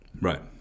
right